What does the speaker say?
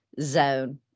zone